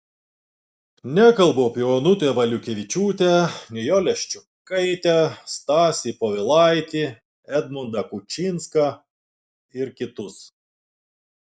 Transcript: nekalbu apie onutę valiukevičiūtę nijolę ščiukaitę stasį povilaitį edmundą kučinską ir kitus